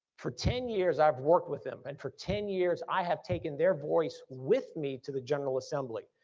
for ten years i've worked with them and for ten years i have taken their voice with me to the general assembly.